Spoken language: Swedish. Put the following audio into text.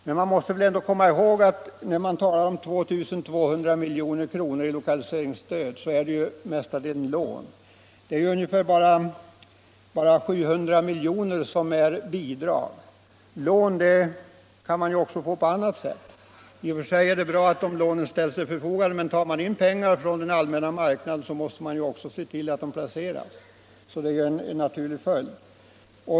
Man måste då komma ihåg att de 2200 milj.kr. i lokaliseringsstöd som det talas om mestadels utgörs av lån. Det är bara 700 milj.kr. som är bidrag. Men lån kan man ju också få på annat sätt. I och för sig är det naturligtvis bra att lånen ställs till förfogande, men tar man in pengar från den allmänna marknaden måste man ju också se till att de pengarna placeras — det är en naturlig följd.